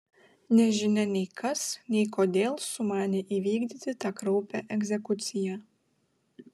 nežinia nei kas nei kodėl sumanė įvykdyti tą kraupią egzekuciją